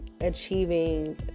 achieving